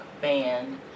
band